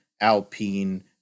Alpine